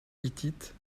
hittite